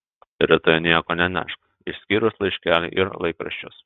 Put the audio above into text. rytoj nieko nenešk išskyrus laiškelį ir laikraščius